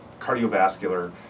cardiovascular